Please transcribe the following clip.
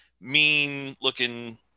mean-looking